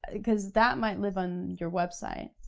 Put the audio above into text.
and cause that might live on your website.